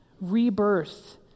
rebirth